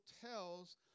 tells